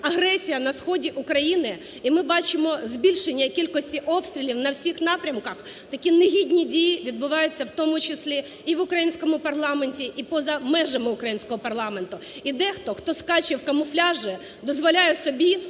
агресія на сході України і ми бачимо збільшення кількості обстрілів на всіх напрямках, такі негідні дії відбуваються в тому числі і в українському парламенті, і поза межами українського парламенту. І дехто, хто скаче в камуфляжі, дозволяє собі